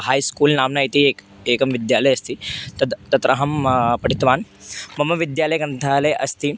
high school नाम्ना इति एकम् एकं विद्यालयः अस्ति तद् तत्र अहं पठितवान् मम विद्यालयग्रन्थालयः अस्ति